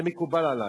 זה מקובל עלי.